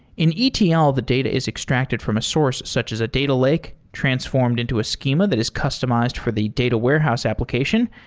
in etl, the data is extracted from a source such as a data lake transformed into a schema that is customized for the data warehouse application,